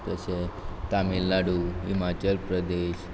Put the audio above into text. जशे तामिलनाडू हिमाचल प्रदेश